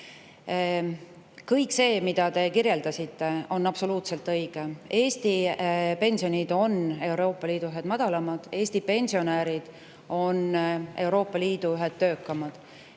Kõik see, mida te kirjeldasite, on absoluutselt õige. Eesti pensionid on Euroopa Liidu ühed madalamad, Eesti pensionärid on Euroopa Liidu ühed töökamad.